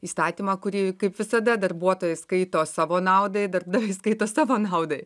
įstatymą kurį kaip visada darbuotojai skaito savo naudai darbdavys skaito savo naudai